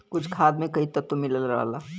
कुछ खाद में कई तत्व मिलल रहला